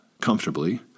comfortably